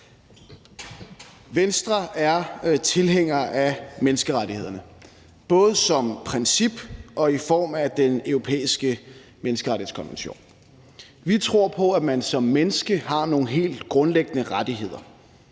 Venstre er tilhænger af menneskerettighederne, både som princip og i form af Den Europæiske Menneskerettighedskonvention. Vi tror på, at man som menneske har nogle helt grundlæggende rettigheder: